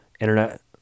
internet